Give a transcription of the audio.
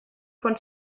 von